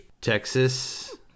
texas